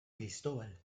cristóbal